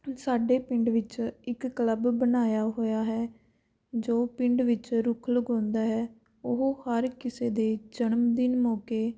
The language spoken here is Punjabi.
ਸਾਡੇ ਪਿੰਡ ਵਿੱਚ ਇੱਕ ਕਲੱਬ ਬਣਾਇਆ ਹੋਇਆ ਹੈ ਜੋ ਪਿੰਡ ਵਿੱਚ ਰੁੱਖ ਲਗਾਉਂਦਾ ਹੈ ਉਹ ਹਰ ਕਿਸੇ ਦੇ ਜਨਮ ਦਿਨ ਮੌਕੇ